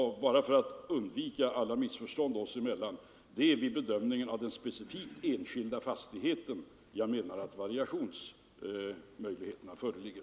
Bara för att undvika alla missförstånd oss emellan vill jag återigen framhålla att det är vid bedömningen av den enskilda fastigheten som jag menar att variationsmöjligheterna föreligger.